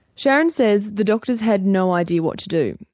sharon says the doctors had no idea what to do,